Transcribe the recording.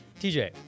TJ